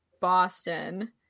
Boston